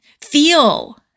Feel